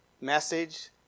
message